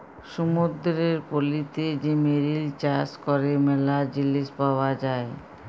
সমুদ্দুরের পলিতে যে মেরিল চাষ ক্যরে ম্যালা জিলিস পাওয়া যায়